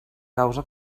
causa